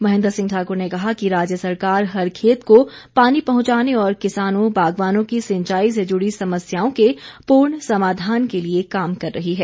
महेन्द्र सिंह ठाकुर ने कहा कि राज्य सरकार हर खेत को पानी पहुंचाने और किसानों बागवानों की सिंचाई से जुड़ी समस्याओं के पूर्ण समाधान के लिए काम कर रही है